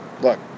look